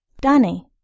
Danny